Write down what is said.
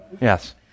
Yes